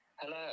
Hello